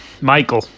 Michael